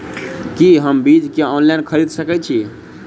की हम बीज केँ ऑनलाइन खरीदै सकैत छी?